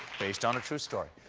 based on a true story.